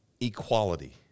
equality